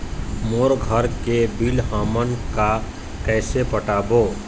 मोर घर के बिल हमन का कइसे पटाबो?